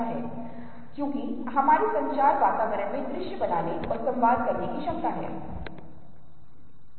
कुछ समय के लिए इसके बारे में सोचें और नीचे आने से पहले कुछ अंकों को संक्षेप में लिख दें जिस तरह से हम ऐसा करते हैं